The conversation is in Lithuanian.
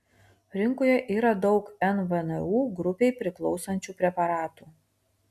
rinkoje yra daug nvnu grupei priklausančių preparatų